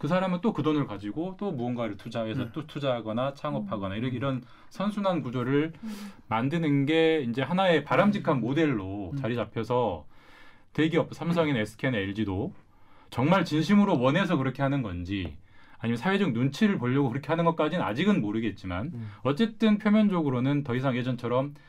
그 사람은 또 그 돈을 가지고 또 무언가를 투자해서 네. 또 투자하거나 창업하거나 음. 이렇게 이런 선순환 구조를 음. 만드는 게 이제 하나의 바람직한 음. 모델로 음. 자리 잡혀서 대기업, 삼성이나 음. SK나 LG도 정말 진심으로 원해서 그렇게 하는 건지 아니면 사회적 눈치를 보려고 그렇게 하는 것까지는 아직은 모르겠지만 음. 어쨌든 표면적으로는 더 이상 예전처럼